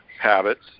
habits